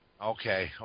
Okay